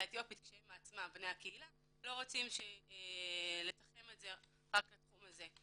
האתיופית כשהם עצמם בני הקהילה; הם לא רוצים לתחם את זה רק לתחום הזה.